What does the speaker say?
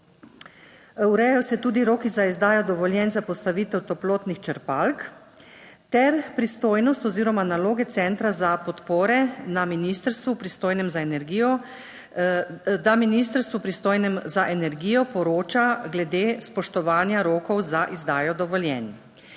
urejajo se tudi roki za izdajo dovoljenj za postavitev toplotnih črpalk ter pristojnost oziroma naloge centra za podpore na ministrstvu, pristojnem za energijo, 5. TRAK: (NB) – 9.20 (Nadaljevanje) da Ministrstvu pristojnem za energijo poroča glede spoštovanja rokov za izdajo dovoljenj.